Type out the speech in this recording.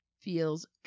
feels